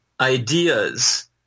ideas